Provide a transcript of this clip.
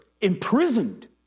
imprisoned